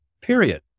period